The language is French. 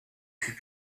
fut